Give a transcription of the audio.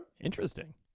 Interesting